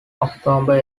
october